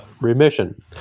Remission